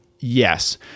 Yes